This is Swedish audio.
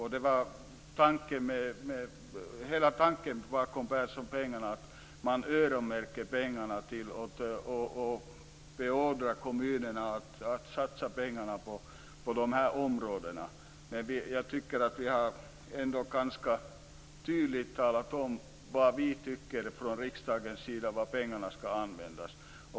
Hela tanken bakom Perssonpengarna är att man öronmärker pengar och beordrar kommunerna att satsa dem på dessa områden. Vi har ändå ganska tydligt talat om vad vi från riksdagens sida tycker att pengarna skall användas till.